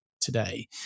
today